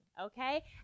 Okay